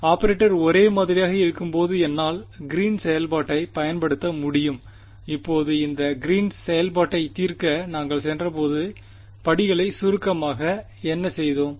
operator ஒரே மாதிரியாக இருக்கும்போது என்னால் கிரீன்ஸ் green'sசெயல்பாட்டை பயன்படுத்த முடியும் இப்போது இந்த கிரீன்ஸ் green's செயல்பாட்டை தீர்க்க நாங்கள் சென்றபோது படிகளைச் சுருக்கமாக என்ன செய்தோம்